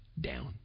down